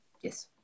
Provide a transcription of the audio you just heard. Yes